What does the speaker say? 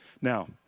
Now